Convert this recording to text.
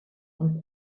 und